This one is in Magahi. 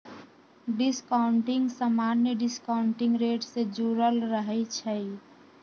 डिस्काउंटिंग समान्य डिस्काउंटिंग रेट से जुरल रहै छइ